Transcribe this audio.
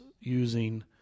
using